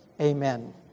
amen